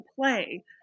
play